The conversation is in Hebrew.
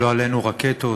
לא עלינו, רקטות